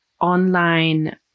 online